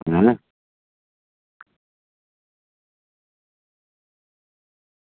ऐं